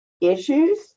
issues